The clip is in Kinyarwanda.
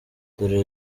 dore